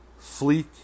fleek